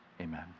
amen